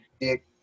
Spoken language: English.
dick